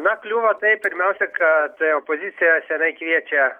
na kliūva tai pirmiausia kad opozicija senai kviečia